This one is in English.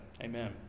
amen